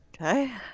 Okay